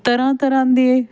ਤਰ੍ਹਾਂ ਤਰ੍ਹਾਂ ਦੇ